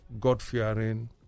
God-fearing